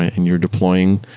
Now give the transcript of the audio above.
and you're deploying,